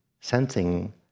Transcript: sensing